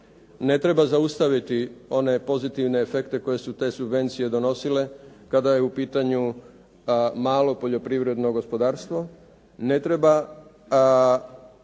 Ne treba zaustaviti one pozitivne efekte koje su te subvencije donosile. Kada je u pitanju malo poljoprivredno gospodarstvo ne treba